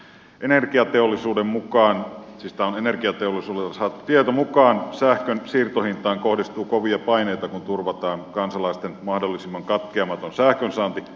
energiateollisuuden mukaan siis tämä on energiateollisuudelta saatu tieto sähkön siirtohintaan kohdistuu kovia paineita kun turvataan kansalaisten mahdollisimman katkeamaton sähkönsaanti